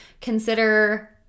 consider